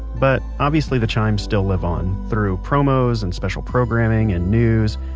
but obviously, the chimes still live on through promos and special programming and news,